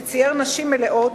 שצייר נשים מלאות,